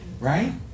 Right